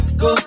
go